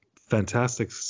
fantastic